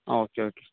ആ okay okay